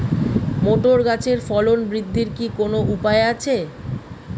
Motor গাছের ফলন বৃদ্ধির কি কোনো উপায় আছে?